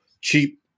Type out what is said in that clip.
cheap